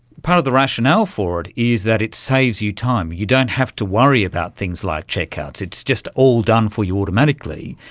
part of the rationale for it is that it saves you time, you don't have to worry about things like checkouts, it's just all done for you automatically,